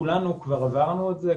כולנו כבר עברנו את זה,